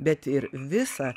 bet ir visą